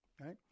right